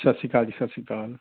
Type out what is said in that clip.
ਸਤਿ ਸ਼੍ਰੀ ਅਕਾਲ ਜੀ ਸਤਿ ਸ਼੍ਰੀ ਅਕਾਲ